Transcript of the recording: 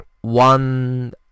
One